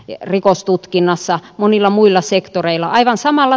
dj rikostutkinnassa monilla muilla sektoreilla aivan samalla